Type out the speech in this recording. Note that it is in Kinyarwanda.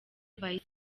mayor